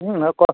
হয় কোৱা